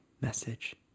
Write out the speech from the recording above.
message